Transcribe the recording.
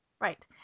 right